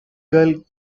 girl